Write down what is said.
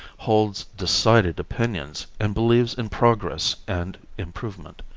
holds decided opinions and believes in progress and improvement.